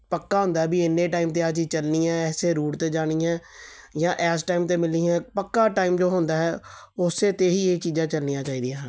ਪੱਕਾ ਹੁੰਦਾ ਵੀ ਇੰਨੇ ਟਾਈਮ 'ਤੇ ਆਹ ਚੀਜ਼ ਚੱਲਣੀ ਹੈ ਇਸੇ ਰੂਟ 'ਤੇ ਜਾਣੀ ਹੈ ਜਾਂ ਇਸ ਟਾਈਮ 'ਤੇ ਮਿਲਣੀ ਹੈ ਪੱਕਾ ਟਾਈਮ ਜੋ ਹੁੰਦਾ ਹੈ ਉਸੇ 'ਤੇ ਹੀ ਇਹ ਚੀਜ਼ਾਂ ਚੱਲਣੀਆਂ ਚਾਹੀਦੀਆਂ ਹਨ